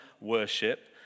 worship